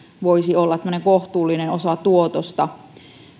voisi tulla tämmöinen kohtuullinen osa tuotosta